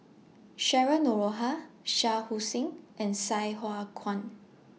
Cheryl Noronha Shah Hussain and Sai Hua Kuan